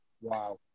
Wow